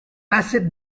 tacit